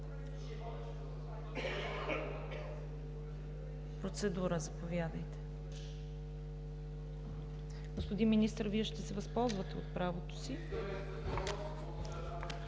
Процедура – заповядайте. Господин Министър, Вие ще се възползвате ли от правото си?